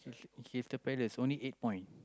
Crystal Crystal-Palace only eight point